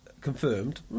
confirmed